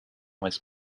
was